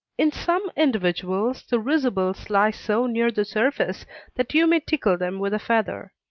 in some individuals the risibles lie so near the surface that you may tickle them with a feather.